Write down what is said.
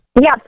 Yes